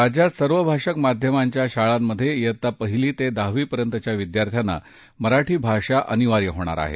राज्यात सर्वभाषक माध्यमांच्या शाळांमधे डित्ता पहिली ते दहावी पर्यंतच्या विद्यार्थ्यांना मराठी भाषा अनिवार्य होणार आहे